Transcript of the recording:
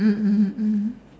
mm mm mm